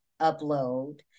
upload